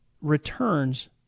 returns